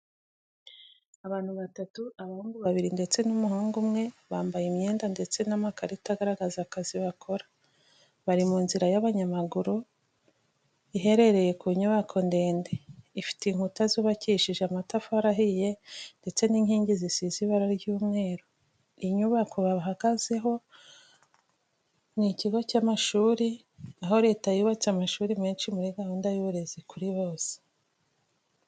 Abantu batatu, abakobwa babiri ndetse n’umuhungu umwe bambaye imyenda ndetse n’amakarita agaragaza akazi bakora. Bari mu nzira y’abanyamaguru iherereye ku nyubako ndende, ifite inkuta zubakishije amatafari ahiye ndetse n’inkingi zisize ibara ry'umweru. Iyi nyubako bahagazeho ni ikigo cy’amashuri, aho Leta yubatse amashuri menshi muri gahunda y’uburezi kuri bose.